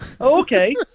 Okay